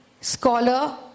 scholar